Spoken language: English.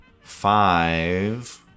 Five